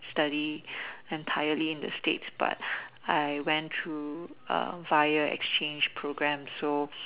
study entirely in the states but I went to via exchange programs